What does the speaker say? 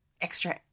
extra